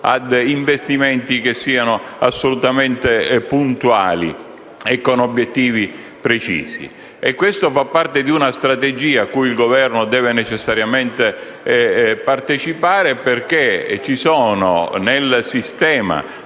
investimenti che siano assolutamente puntuali e finalizzati ad obiettivi precisi. Questo fa parte di una strategia cui il Governo deve necessariamente partecipare, perché ci sono, nel sistema